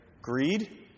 greed